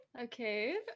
Okay